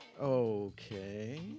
Okay